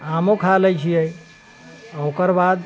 आमो खा लै छियै ओकर बाद